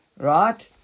Right